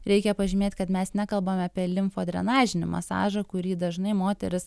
reikia pažymėt kad mes nekalbam apie limfodrenažinš masažą kurį dažnai moterys